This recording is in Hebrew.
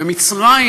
במצרים,